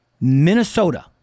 Minnesota